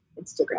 Instagram